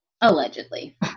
allegedly